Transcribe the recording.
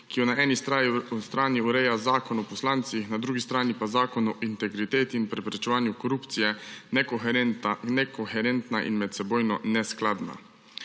ki jo na eni strani ureja Zakon o poslancih, na drugi strani pa Zakon o integriteti in preprečevanju korupcije, nekoherentna in medsebojno neskladna.